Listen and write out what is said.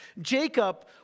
Jacob